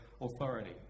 authority